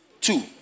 two